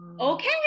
okay